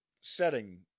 setting